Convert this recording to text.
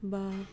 বা